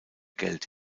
geld